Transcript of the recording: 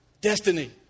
destiny